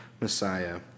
Messiah